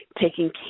taking